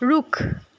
रुख